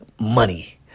money